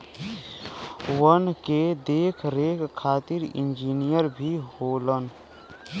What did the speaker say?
वन के देख रेख खातिर इंजिनियर भी होलन